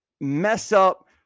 mess-up